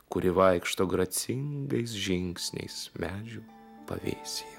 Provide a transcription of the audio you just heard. kuri vaikšto gracingais žingsniais medžių pavėsyje